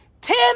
Ten